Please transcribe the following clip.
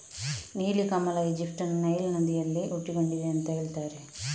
ನೀಲಿ ಕಮಲ ಈಜಿಪ್ಟ್ ನ ನೈಲ್ ನದಿಯಲ್ಲಿ ಹುಟ್ಟಿಕೊಂಡಿದೆ ಅಂತ ಹೇಳ್ತಾರೆ